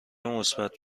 مثبت